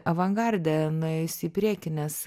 avangarde nuėjus į priekį nes